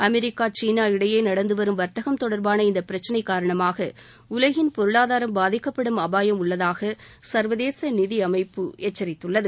America சீனாஇடையே நடந்து வரும் வர்த்தகம் தொடர்பான இந்த பிரச்சினை காரணமாக உலகின் பொருளாதாரம் பாதிக்கப்படும் அபாயம் உள்ளதாக சர்வதேச நிதி அமைப்பு எச்சரித்துள்ளது